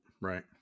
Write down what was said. right